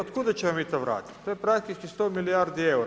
Otkuda ćemo mi to vratiti? to je praktički 100 milijardi eura.